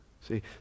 See